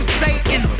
Satan